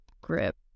grip